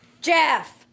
Jeff